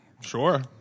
sure